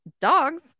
dogs